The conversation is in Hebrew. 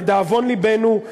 לדאבון לבנו,